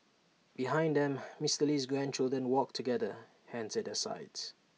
behind them Mister Lee's grandchildren walked together hands at their sides